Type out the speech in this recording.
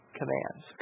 commands